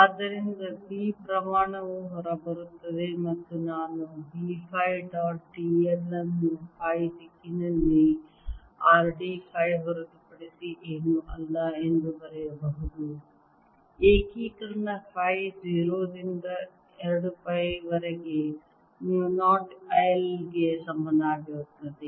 ಆದ್ದರಿಂದ B ಪ್ರಮಾಣವು ಹೊರಬರುತ್ತದೆ ಅಥವಾ ನಾನು B phi dot d l ಅನ್ನು ಫೈ ದಿಕ್ಕಿನಲ್ಲಿ r d ಫೈ ಹೊರತುಪಡಿಸಿ ಏನೂ ಅಲ್ಲ ಎಂದು ಬರೆಯಬಹುದು ಏಕೀಕರಣ ಫೈ 0 ರಿಂದ 2 ಪೈ ವರೆಗೆ ಮು 0 I ಗೆ ಸಮನಾಗಿರುತ್ತದೆ